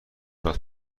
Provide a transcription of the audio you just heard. راست